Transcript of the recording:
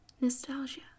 Nostalgia